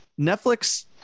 Netflix